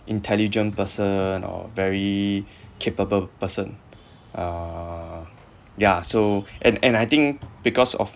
intelligent person or very capable person uh ya so and and I think because of